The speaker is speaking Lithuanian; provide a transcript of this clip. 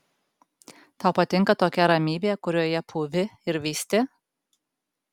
tau patinka tokia ramybė kurioje pūvi ir vysti